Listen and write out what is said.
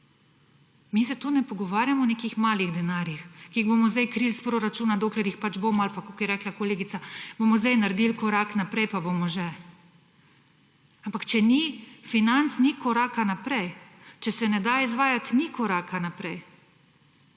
Mi se tukaj ne pogovarjamo o nekih malih denarjih, ki jih bomo zdaj krili iz proračuna, dokler jih pač bomo; ali pa kakor je rekla kolegica, da bomo zdaj naredili korak naprej pa bomo že. Ampak če ni financ, ni koraka naprej. Če se ne da izvajati, ni koraka naprej.